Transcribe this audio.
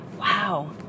Wow